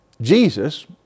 Jesus